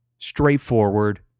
Straightforward